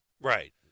Right